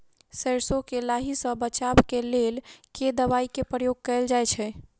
सैरसो केँ लाही सऽ बचाब केँ लेल केँ दवाई केँ प्रयोग कैल जाएँ छैय?